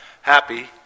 happy